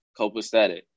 copacetic